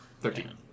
Thirteen